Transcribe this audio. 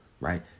right